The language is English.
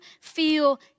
feel